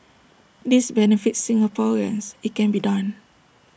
this benefits Singaporeans IT can be done